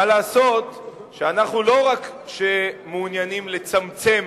מה לעשות שאנחנו לא רק מעוניינים לצמצם